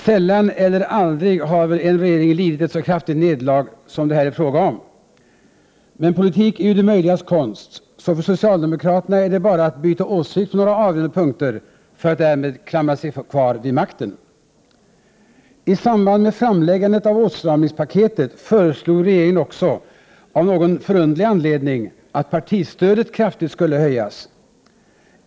Sällan eller aldrig har väl en regering lidit ett så kraftigt nederlag som det här är fråga om. Men politik är ju det möjligas konst, så för socialdemokraterna är det bara att byta åsikt på några avgörande punkter för att därmed klamra sig kvar vid makten. I samband med framläggandet av åtstramningspaketet föreslog regeringen också av någon förunderlig anledning att partistödet kraftigt skulle höjas.